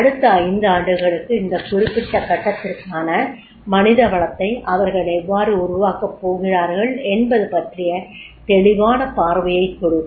அடுத்த 5 ஆண்டுகளுக்கு இந்த குறிப்பிட்ட கட்டத்திற்கான மனிதவளத்தை அவர்கள் எவ்வாறு உருவாக்கப் போகிறார்கள் என்பது பற்றிய தெளிவான பார்வையைக் கொடுக்கும்